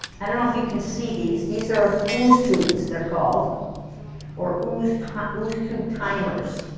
i don't know if you can see these, these are ooze-tubes, they're called or ooze-tube ooze-tube timers